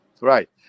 right